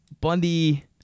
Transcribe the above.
Bundy